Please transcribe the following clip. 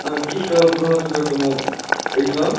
اۭں کیٚنٛہہ کال برٛونٛہہ حظ دژوکھ تِمو ایٚگزام